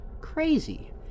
crazy